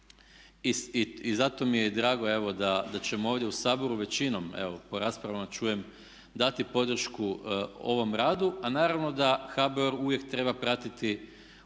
I zato mi je i drago evo da, da ćemo ovdje u Saboru većinom, evo po raspravama čujem dati podršku ovom radu. A naravno da HBOR uvijek treba pratiti u